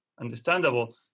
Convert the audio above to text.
understandable